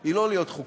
היא לא להיות חוקים,